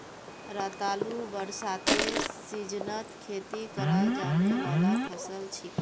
रतालू बरसातेर सीजनत खेती कराल जाने वाला फसल छिके